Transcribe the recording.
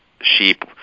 sheep